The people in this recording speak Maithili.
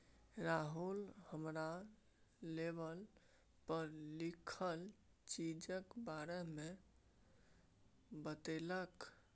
राहुल हमरा लेवल पर लिखल चीजक बारे मे बतेलक